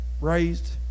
raised